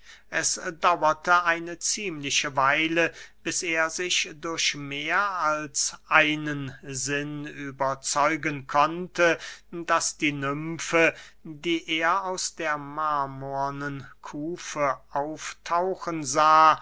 es dauerte eine ziemliche weile bis er sich durch mehr als einen sinn überzeugen konnte daß die nymfe die er aus der marmornen kufe auftauchen sah